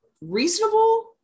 reasonable